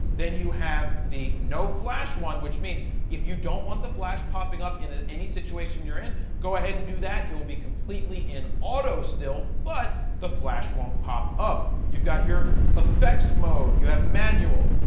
then you have the no flash one, which means if you don't want the flash popping up in ah any situation you're in, go ahead and do that, it will be completely in auto still, but the flash won't pop up. you've got your effects mode. you have manual,